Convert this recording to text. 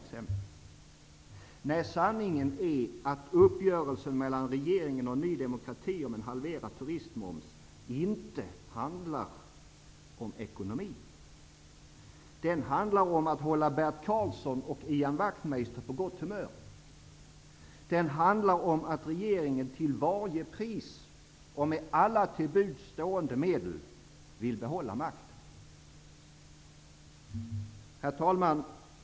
Nej, sanningen är att uppgörelsen mellan regeringen och Ny demokrati om en halverad turistmoms inte handlar om ekonomi. Den handlar om att hålla Bert Karlsson och Ian Wachtmeister på gott humör. Den handlar om att regeringen till varje pris och med alla till buds stående medel vill behålla makten. Herr talman!